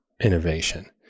innovation